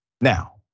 Now